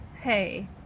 hey